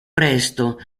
presto